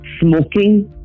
smoking